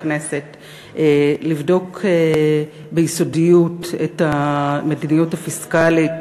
הכנסת לבדוק ביסודיות את המדיניות הפיסקלית